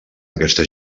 aquesta